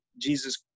Jesus